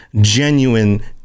genuine